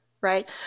right